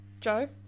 Joe